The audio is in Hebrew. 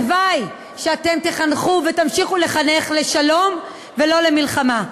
רק הלוואי שאתם תחנכו ותמשיכו לחנך לשלום ולא למלחמה.